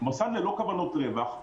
מוסד ללא כוונות רווח,